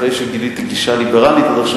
אחרי שגיליתי גישה ליברלית עד עכשיו,